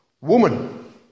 Woman